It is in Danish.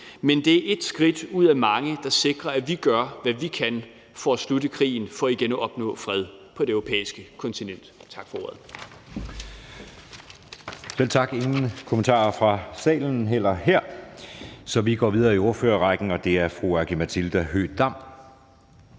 men det er et skridt ud af mange, der sikrer, at vi gør, hvad vi kan, for at slutte krigen for igen at opnå fred på det europæiske kontinent. Tak for ordet. Kl. 17:44 Anden næstformand (Jeppe Søe): Selv tak. Der er ingen kommentarer fra salen heller her, så vi går videre i ordførerrækken, og det er til fru Aki-Matilda Høegh-Dam.